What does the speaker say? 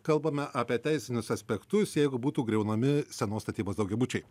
kalbame apie teisinius aspektus jeigu būtų griaunami senos statybos daugiabučiai